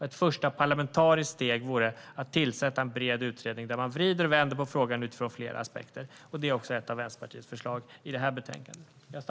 Ett första parlamentariskt steg vore att tillsätta en bred utredning där man vrider och vänder på frågan utifrån flera aspekter. Det är också ett av Vänsterpartiets förslag i betänkandet.